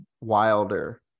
wilder